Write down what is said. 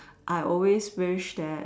I always wish that